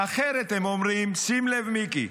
אחרת הם אומרים, שים לב, מיקי,